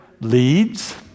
leads